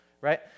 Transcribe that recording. right